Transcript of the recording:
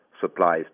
supplies